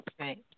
Right